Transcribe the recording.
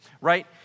right